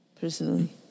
personally